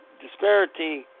disparity